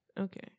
Okay